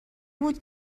بود